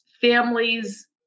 families